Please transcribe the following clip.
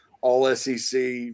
All-SEC